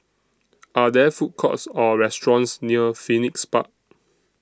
Are There Food Courts Or restaurants near Phoenix Park